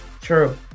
true